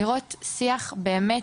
בשביל לראות שיח מזעזע.